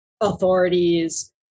authorities